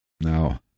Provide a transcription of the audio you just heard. Now